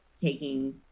taking